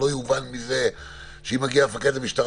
שלא יובן מזה שיכול לבוא מפקד משטרה